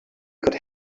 could